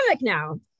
now